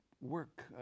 work